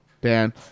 Dan